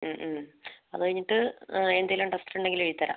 അതു കഴിഞ്ഞിട്ട് എന്തെങ്കിലും ടെസ്റ്റുണ്ടെങ്കിൽ എഴുതിത്തരാം